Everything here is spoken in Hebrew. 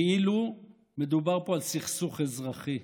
כאילו מדובר פה על סכסוך אזרחי.